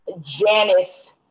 Janice